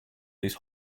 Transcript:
this